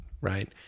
right